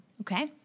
Okay